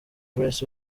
grace